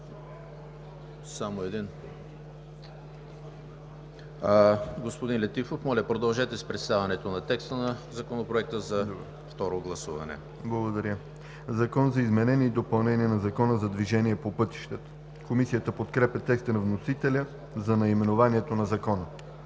приема. Господин Летифов, моля, продължете с представянето на текста на Законопроекта за второ гласуване. ДОКЛАДЧИК ХАЛИЛ ЛЕТИФОВ: „Закон за изменение и допълнение на Закона за движението по пътищата.“ Комисията подкрепя текста на вносителя за наименованието на Закона.